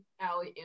Allie